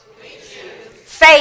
faith